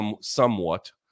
somewhat